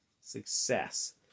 success